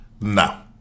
now